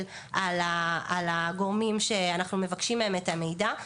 על הגורמים שאנחנו מבקשים מהם את המידע.